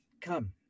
Come